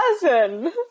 person